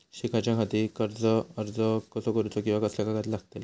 शिकाच्याखाती कर्ज अर्ज कसो करुचो कीवा कसले कागद लागतले?